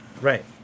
Right